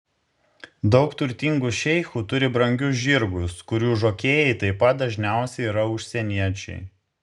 daug turtingų šeichų turi brangius žirgus kurių žokėjai taip pat dažniausiai yra užsieniečiai